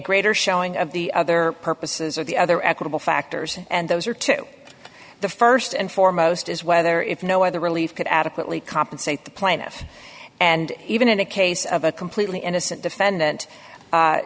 greater showing of the other purposes of the other equitable factors and those are two the st and foremost is whether if no other relief could adequately compensate the plaintiff and even in a case of a completely innocent defendant